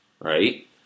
Right